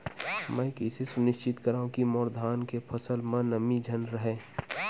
मैं कइसे सुनिश्चित करव कि मोर धान के फसल म नमी झन रहे?